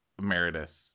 Meredith